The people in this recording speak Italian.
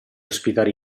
ospitare